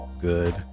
good